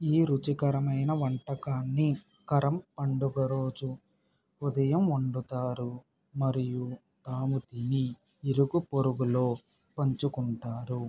ఈ రుచికరమైన వంటకాన్ని కరమ్ పండుగ రోజు ఉదయం వండుతారు మరియు తాము తిని ఇరుగు పొరుగులో పంచుకుంటారు